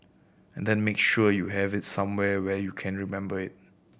and then make sure you have it somewhere where you can remember it